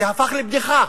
זה הפך לבדיחה.